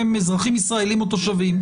הם אזרחים ישראלים או תושבים,